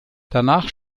danach